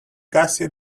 gussie